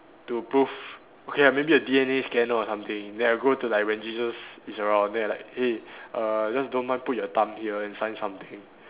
to prove okay ah maybe a D_N_A scanner or something then I go to like when Jesus is around then I like eh uh just don't mind put your thumb here and sign something